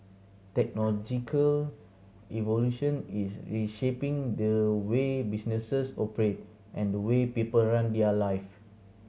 technological is reshaping the way businesses operate and the way people run their lives